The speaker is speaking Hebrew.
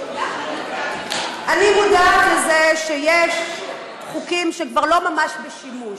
אני מודעת לזה שיש חוקים שכבר לא ממש בשימוש.